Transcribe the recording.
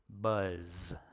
Buzz